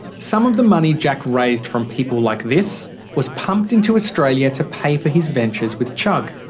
some of the money jack raised from people like this was pumped into australia to pay for his ventures with chugg,